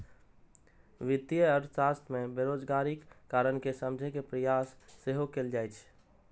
वित्तीय अर्थशास्त्र मे बेरोजगारीक कारण कें समझे के प्रयास सेहो कैल जाइ छै